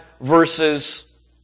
versus